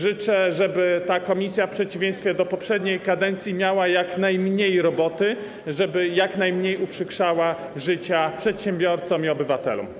Życzę, żeby ta komisja w przeciwieństwie do poprzedniej kadencji miała jak najmniej roboty, żeby jak najmniej uprzykrzała życie przedsiębiorcom i obywatelom.